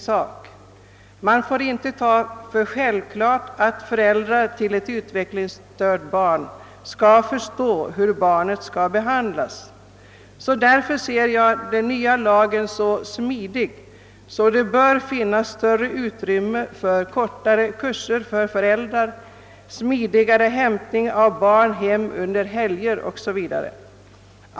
Men man får inte betrakta det som självklart att föräldrar till ett utvecklingsstört barn skall förstå hur barnet skall behandlas. Den nya lagen bör lämna större utrymme för kortare kurser för föräldrar, smidigare hämtning av barn under helger 0. s. v.